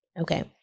Okay